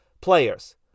players